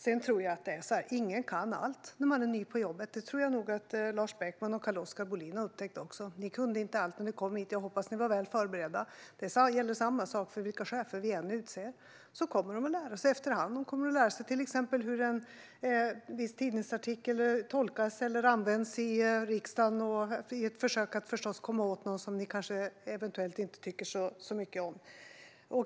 Det är också så att ingen kan allt när man är ny på jobbet, vilket jag nog tror att även Lars Beckman och Carl-Oskar Bohlin har upptäckt. Ni kunde inte allt när ni kom hit - jag hoppas att ni var väl förberedda. Samma sak gäller vilka chefer vi än utser: De kommer att lära sig efter hand. De kommer till exempel att lära sig hur en viss tidningsartikel tolkas eller används av någon i riksdagen i ett försök att komma åt en person som denna någon eventuellt inte tycker så mycket om.